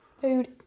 Food